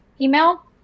email